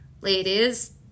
ladies